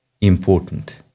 important